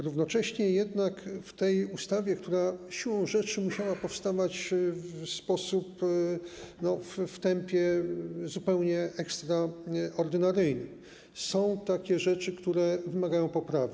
Równocześnie jednak w tej ustawie, która siłą rzeczy musiała powstawać w tempie zupełnie ekstraordynaryjnym, są takie rzeczy, które wymagają poprawy.